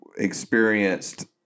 experienced